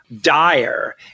dire